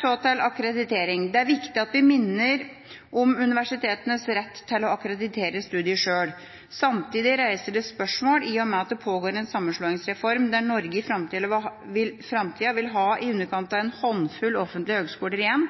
Så til akkreditering. Det er viktig at vi minner om universitetenes rett til å akkreditere studier sjøl. Samtidig reiser det spørsmål i og med at det pågår en sammenslåingsreform der Norge i framtida vil ha i underkant av en håndfull offentlige høgskoler igjen,